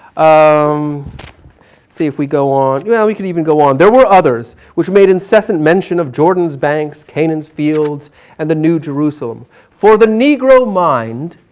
um see if we go on, yeah we could even go on, there were others which made incessant mention of jordan's banks, canon's fields and the new jerusalem. for the negro mind,